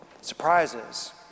surprises